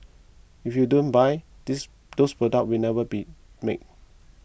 if you don't buy this those products will never be made